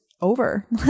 over